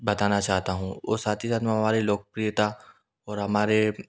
बताना चाहता हूँ और साथ ही साथ में हमारी लोकप्रियता और हमारे